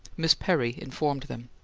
miss perry informed them.